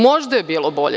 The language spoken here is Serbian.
Možda je bilo bolje.